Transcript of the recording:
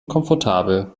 komfortabel